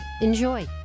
Enjoy